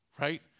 right